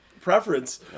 preference